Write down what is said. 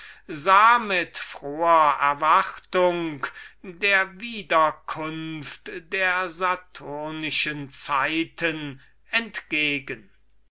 sah mit froher erwartung der wiederkunft der saturnischen zeiten entgegen